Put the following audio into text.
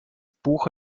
buch